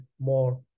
more